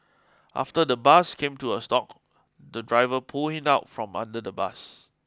after the bus came to a stop the driver pulled him out from under the bus